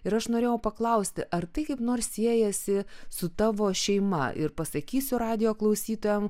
ir aš norėjau paklausti ar tai kaip nors siejasi su tavo šeima ir pasakysiu radijo klausytojams